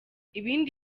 ibindi